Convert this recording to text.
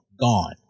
gone